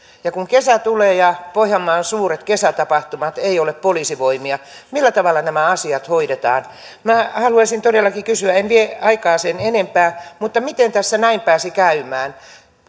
ja kun kesä ja pohjanmaan suuret kesätapahtumat tulevat ei ole poliisivoimia millä tavalla nämä asiat hoidetaan minä haluaisin todellakin kysyä en vie aikaa sen enempää miten tässä näin pääsi käymään